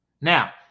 Now